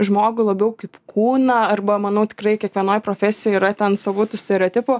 žmogų labiau kaip kūną arba manau tikrai kiekvienoj profesijoj yra ten savų tų stereotipų